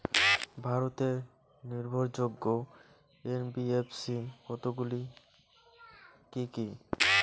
ভারতের নির্ভরযোগ্য এন.বি.এফ.সি কতগুলি কি কি?